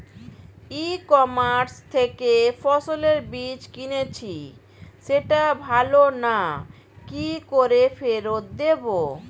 ই commerce থেকে ফসলের বীজ কিনেছি সেটা ভালো না কি করে ফেরত দেব?